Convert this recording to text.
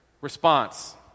response